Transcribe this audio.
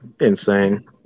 insane